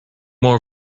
more